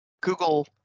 Google